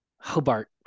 Hobart